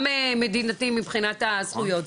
גם מדינתיים מבחינת הזכויות.